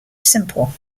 simple